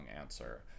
answer